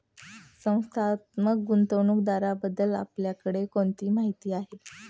संस्थात्मक गुंतवणूकदाराबद्दल आपल्याकडे कोणती माहिती आहे?